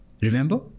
Remember